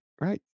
right